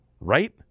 right